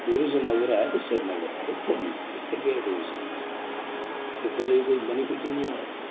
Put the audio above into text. tourism अगर ऐ ते शिरीनगर ऐ इत्थै नेईं ऐ इत्थै केह् टूरिजम इत्थै कुसै गी कोई बैनिफिट गै नेईं ऐ